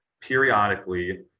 periodically